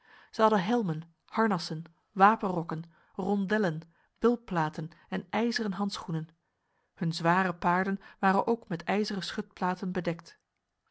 zij hadden helmen harnassen wapenrokken rondellen bilplaten en ijzeren handschoenen hun zware paarden waren ook met ijzeren schutplaten bedekt